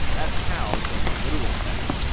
that's housed in the literal sense.